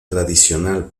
tradicional